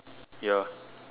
ya